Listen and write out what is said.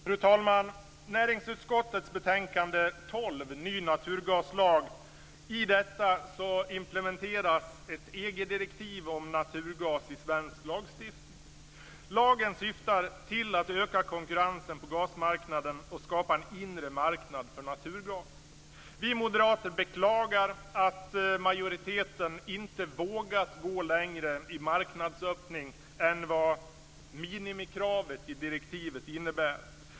Fru talman! I näringsutskottets betänkande 12 Ny naturgaslag behandlas frågan om implementering av ett EG-direktiv om naturgas i svensk lagstiftning. Lagen syftar till att öka konkurrensen på gasmarknaden och skapa en inre marknad för naturgas. Vi moderater beklagar att majoriteten inte vågat gå längre i marknadsöppning än vad minimikravet i direktivet innebär.